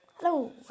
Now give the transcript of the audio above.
Hello